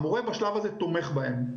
והמורה, בשלב הזה, תומך בהם.